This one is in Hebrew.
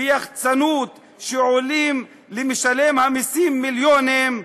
ויח"צנות שעולים למשלם המסים מיליונים,